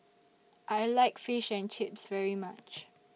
I like Fish and Chips very much